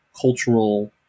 cultural